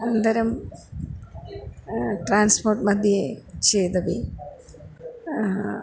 अनन्तरं ट्रान्स्पोर्ट् मध्ये चेदपि